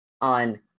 on